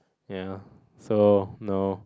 ya so no